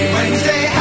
Wednesday